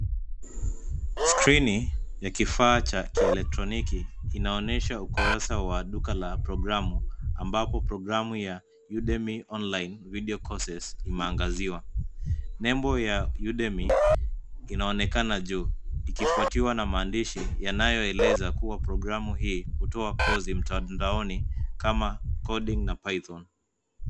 Skrini, ya kifaa cha kielektroniki inaonyesha ukurasa wa duka la programu, ambapo programu ya cs[Udemy Online Video Courses]cs imeangaziwa. Nembo ya cs[Udemy]cs inaonekana juu, ikifwatiwa na maandishi yanayoeleza kuwa programu hii hutowa kozi mtandaoni, kama cs[coding]cs na cs[python]cs.